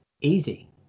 easy